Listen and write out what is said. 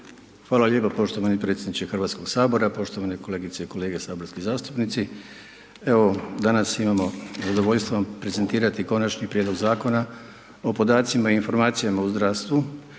Hvala lijepo poštovani predsjedniče Hrvatskog sabora, poštovane kolegice i kolege saborski zastupnici. Danas imamo zadovoljstvo vam prezentirati Konačni prijedlog Zakona o podacima i informacijama u zdravstvu,